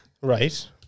right